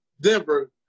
Denver